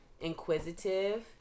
inquisitive